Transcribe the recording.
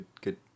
good